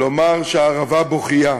לומר שהערבה בוכייה,